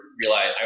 realize